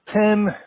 ten